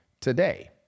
today